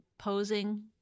Posing